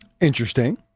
Interesting